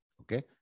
Okay